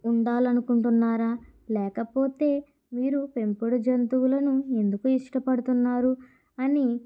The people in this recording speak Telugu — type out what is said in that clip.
ఉండాలని అకుంటున్నారా లేకపోతే మీరు పెంపుడు జంతువులను ఎందుకు ఇష్టపడుతున్నారు అని